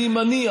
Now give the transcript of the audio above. אני מניח,